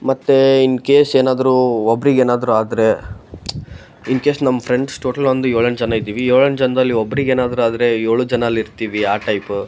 ಮತ್ತು ಇನ್ಕೇಸ್ ಏನಾದರೂ ಒಬ್ರಿಗೇನಾದರೂ ಆದರೆ ಇನ್ಕೇಸ್ ನಮ್ಮ ಫ್ರೆಂಡ್ಸ್ ಟೋಟಲ್ ಒಂದು ಏಳೆಂಟು ಜನ ಇದ್ದೀವಿ ಏಳೆಂಟು ಜನದಲ್ಲಿ ಒಬ್ರಿಗೆ ಏನಾದರೂ ಆದರೆ ಏಳು ಜನ ಅಲ್ಲಿರ್ತಿವಿ ಆ ಟೈಪ್